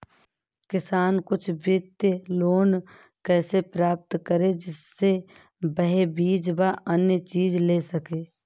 किसान कुछ वित्तीय लोन कैसे प्राप्त करें जिससे वह बीज व अन्य चीज ले सके?